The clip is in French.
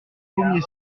premier